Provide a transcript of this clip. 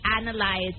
analyze